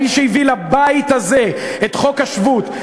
האיש שהביא לבית הזה את חוק השבות,